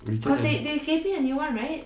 return then